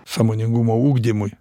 sąmoningumo ugdymui